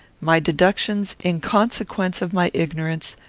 my deductions, in consequence of my ignorance,